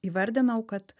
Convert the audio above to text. įvardinau kad